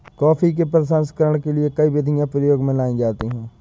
coffee के प्रसंस्करण के लिए कई विधियां प्रयोग में लाई जाती हैं